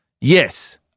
Yes